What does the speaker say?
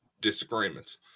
disagreements